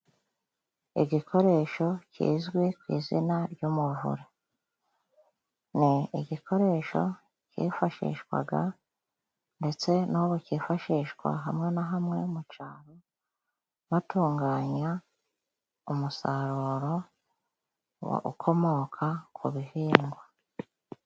Igikoresho kizwi ku izina ry'umuvure. Ni igikoresho cyifashishwaga ndetse n'ubu cyifashishwa hamwe na hamwe mu caro, batunganya umusaruro ukomoka ku bihingwa.